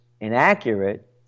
inaccurate